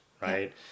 Right